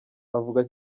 avuga